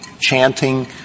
chanting